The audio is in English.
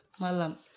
malam